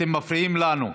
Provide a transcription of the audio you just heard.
אתם מפריעים לנו.